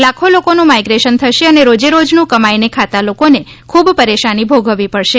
લાખો લોકોનું માઈગ્રેશન થશે અને રોજેરોજનું કમાઈને ખાતા લોકોને ખૂબ પરેશાની ભોગવવી પડશે